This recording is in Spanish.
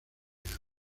vida